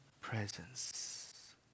presence